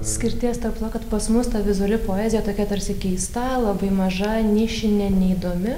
skirties tarp to kad pas mus ta vizuali poezija tokia tarsi keista labai maža nišinė neįdomi